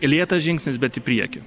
lėtas žingsnis bet į priekį